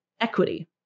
equity